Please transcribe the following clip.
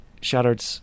Shattered